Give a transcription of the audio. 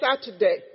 Saturday